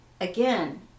Again